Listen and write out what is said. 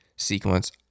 Sequence